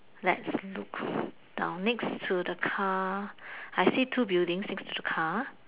let's look the next to the car I see two buildings next to the car